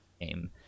game